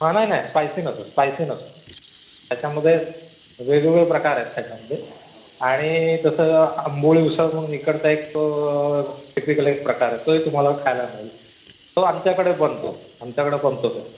हां नाही नाही स्पायसी नसं स्पायसी नस त्याच्यामध्ये वेगवेगळे प्रकार आहेत त्याच्यामध्ये आणि तसं अंबोळी उसळ म्हणून इकडचा एक टिपीकल प्रकार आहे तोही तुम्हाला खायला मिळेल तो आमच्याकडे बनतो आमच्याकडं बनतोच